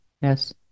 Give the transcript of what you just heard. Yes